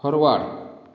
forward